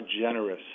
generous